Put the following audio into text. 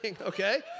okay